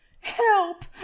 help